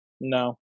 No